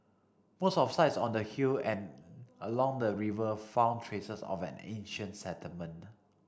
most of sites on the hill and along the river found traces of an ancient settlement